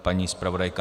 Paní zpravodajka?